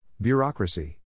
Bureaucracy